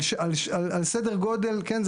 על סדר גודל, כן?